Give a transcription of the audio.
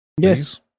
Yes